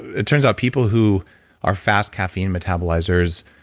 it turns out people who are fast caffeine metabolizers,